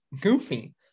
goofy